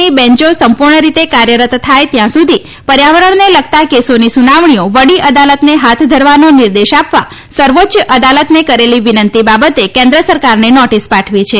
ની બેન્ચો સંપૂર્ણ રીતે કાર્યરત થાય ત્યાં સુધી પર્યાવરણને લગતા કેસોની સુનાવણીઓ વડી અદાલતને હાથ ધરવાનો નિર્દેશ આપવા સર્વોચ્ય અદાલતને કરેલી વિનંતી બાબતે કેન્દ્ર સરકારને નોટિસ પાઠવી છે